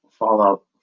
Fallout